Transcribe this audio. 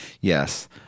Yes